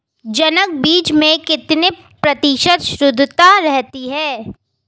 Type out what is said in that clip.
जनक बीज में कितने प्रतिशत शुद्धता रहती है?